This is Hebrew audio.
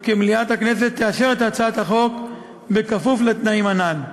כי מליאת הכנסת תאשר את הצעת החוק כפוף לתנאים הנ"ל.